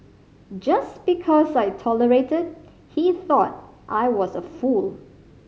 just because I tolerated he thought I was a fool